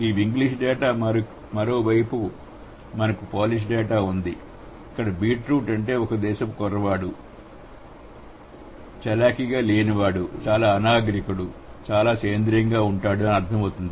ఇవి English data మరోవైపు మనకు పోలిష్ డేటా ఉంది ఇక్కడ బీట్రూట్ అంటే ఒక దేశపు కుర్రవాడు చలాకీగా లేనివాడు చాలా అనాగరికుడు చాలా సేంద్రీయంగా ఉంటాడు అని అర్థమవుతుంది